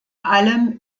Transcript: allem